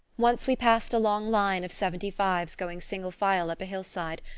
once we passed a long line of seventy-fives going single file up a hillside,